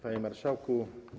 Panie Marszałku!